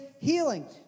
healing